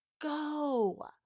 go